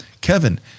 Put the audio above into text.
Kevin